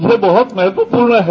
ये बहुत महत्वपूर्ण है